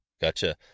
Gotcha